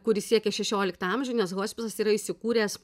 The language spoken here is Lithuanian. kuri siekia šešioliktą amžių nes hospisas yra įsikūręs